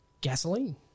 gasoline